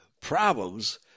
problems